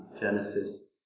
Genesis